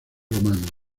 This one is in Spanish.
romano